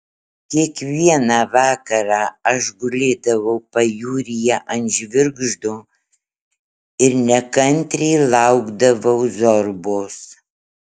kiekvieną vakarą aš gulėdavau pajūryje ant žvirgždo ir nekantriai laukdavau zorbos